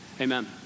amen